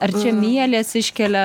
ar čia mielės iškelia